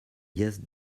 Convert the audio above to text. vies